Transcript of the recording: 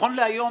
נכון להיום,